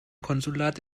konsulat